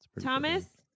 Thomas